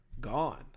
gone